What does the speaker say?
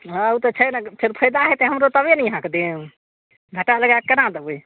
हँ उ तऽ छै ने फेर फायदा हेतय हमरो तबे ने इहाँके देब घाटा लगा कऽ केना देबय